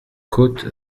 côte